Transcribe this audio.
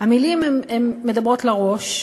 המילים, הן מדברות לראש,